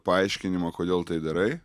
paaiškinimą kodėl tai darai